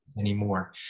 anymore